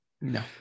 No